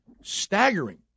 staggering